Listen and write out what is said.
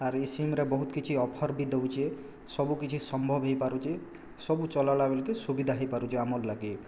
ଆର୍ ଏଇ ସିମ୍ରେ ବହୁତ କିଛି ଅଫର୍ ବି ଦଉଛେ ସବୁକିଛି ସମ୍ଭବ ହେଇପାରୁଛି ସବୁ ଚଲାଇଲା ବେଲ କି ସୁବିଧା ହେଇପାରୁଛେ ଆମର୍ ଲାଗି